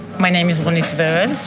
my name is ronit vered,